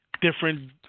different –